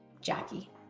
Jackie